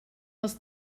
els